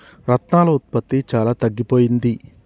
రత్నాల ఉత్పత్తి చాలా తగ్గిపోయింది